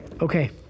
Okay